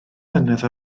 mlynedd